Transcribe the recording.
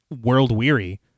world-weary